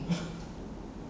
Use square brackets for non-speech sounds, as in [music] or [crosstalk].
!huh! [laughs]